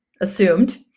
assumed